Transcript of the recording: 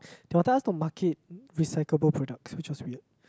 they got tell us to market recyclable products which was weird